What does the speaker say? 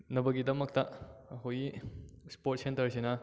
ꯅꯕꯒꯤꯗꯃꯛꯇ ꯑꯩꯈꯣꯏꯒꯤ ꯏꯁꯄꯣꯔꯠ ꯁꯦꯟꯇꯔꯁꯤꯅ